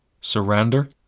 Surrender